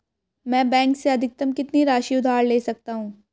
मैं बैंक से अधिकतम कितनी राशि उधार ले सकता हूँ?